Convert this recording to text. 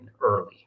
early